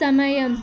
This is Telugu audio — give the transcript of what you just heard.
సమయం